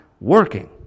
working